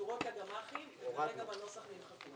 שקשורות לגמ"חים ומהנוסח הן נמחקו.